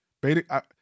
Beta